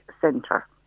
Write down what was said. centre